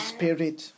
Spirit